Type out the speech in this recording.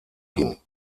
ging